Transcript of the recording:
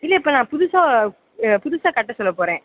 இல்லையேப்பா நான் புதுசாக புதுசாக கட்ட சொல்ல போகிறேன்